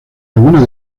algunas